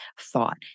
thought